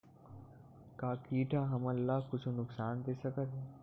का कीट ह हमन ला कुछु नुकसान दे सकत हे?